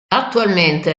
attualmente